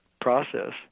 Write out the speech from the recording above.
process